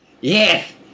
Yes